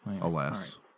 Alas